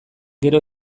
gero